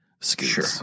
Sure